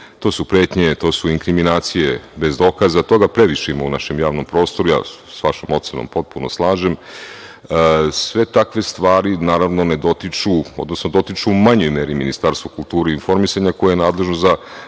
to su pretnje, to su inkriminacije bez dokaza. Toga previše ima u našem javnom prostoru i ja se sa vašom ocenom potpuno slažem. Sve takve stvari, naravno, ne dotiču, odnosno dotiču u manjoj meri Ministarstvo kulture i informisanja koje je nadležno za